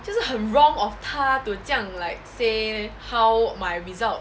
就是很 wrong of 他 to 这样 like say how my result